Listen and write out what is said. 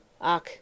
Ach